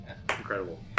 Incredible